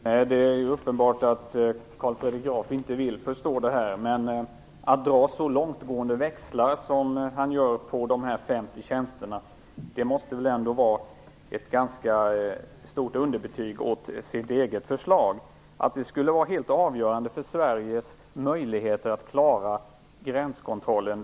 Fru talman! Det är uppenbart att Carl Fredrik Graf inte vill förstå det här. Att dra så långtgående växlar som han gör på dessa 50 tjänster måste väl vara ett ganska stort underbetyg åt hans eget förslag. Det är ofattbart att de skulle vara helt avgörande för Sveriges möjligheter att klara gränskontrollen.